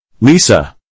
Lisa